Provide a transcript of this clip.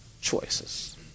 choices